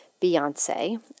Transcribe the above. Beyonce